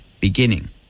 Beginning